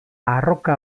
arroka